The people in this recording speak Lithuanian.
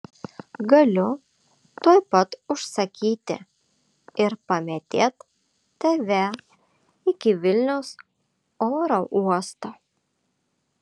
galiu tuoj pat užsakyti ir pamėtėt tave iki vilniaus oro uosto